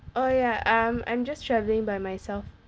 oh ya um I'm just traveling by myself